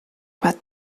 bat